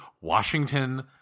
Washington